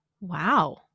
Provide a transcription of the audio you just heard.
Wow